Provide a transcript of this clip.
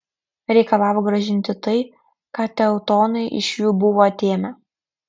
reikalavo grąžinti tai ką teutonai iš jų buvo atėmę